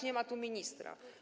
Nie ma tu ministra.